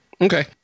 Okay